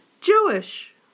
Jewish